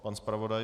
Pan zpravodaj.